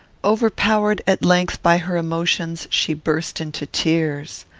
overpowered, at length, by her emotions, she burst into tears.